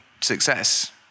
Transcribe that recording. success